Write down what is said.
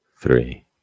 three